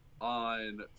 On